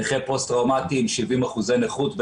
נכה פוסט-טראומתי עם 70% נכות,